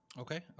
Okay